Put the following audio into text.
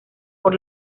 por